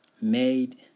made